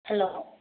hello